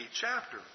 chapter